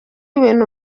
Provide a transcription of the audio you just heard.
ibintu